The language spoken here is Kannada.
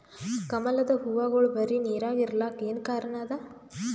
ಕಮಲದ ಹೂವಾಗೋಳ ಬರೀ ನೀರಾಗ ಇರಲಾಕ ಏನ ಕಾರಣ ಅದಾ?